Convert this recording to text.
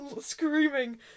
screaming